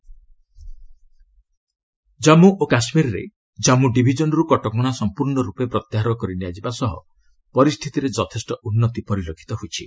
JK situation Jammu ଓ କାଶ୍ମୀରରେ ଜନ୍ମୁ ଡିଭିଜନ୍ରୁ କଟକଣା ସମ୍ପୂର୍ଣ୍ଣ ରୂପେ ପ୍ରତ୍ୟାହାର କରି ନିଆଯିବା ସହ ପରିସ୍ଥିତିରେ ଯଥେଷ୍ଟ ଉନ୍ନତି ପରିଲକ୍ଷିତ ହୋଇଛି